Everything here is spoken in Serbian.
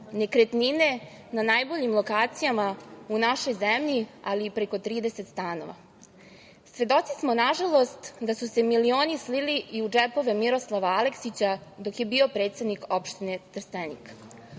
nekretnine na najboljim lokacijama u našoj zemlji, ali i preko 30 stanova. Svedoci smo, nažalost, da su se milioni slili i u džepove Miroslava Aleksića dok je bio predsednik opštine Trstenik.